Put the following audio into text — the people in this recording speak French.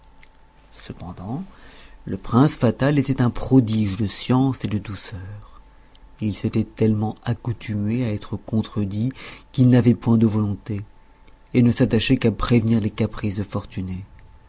cependant le prince fatal était un prodige de science et de douceur il s'était tellement accoutumé à être contredit qu'il n'avait point de volonté et ne s'attachait qu'à prévenir les caprices de fortuné